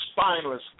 spineless